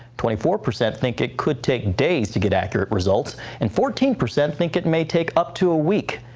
twenty four percent think it could take days to get accurate results and fourteen percent think it may take up to a week.